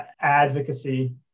advocacy